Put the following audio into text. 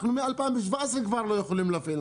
אנחנו מ-2017 כבר לא יכולים להפעיל,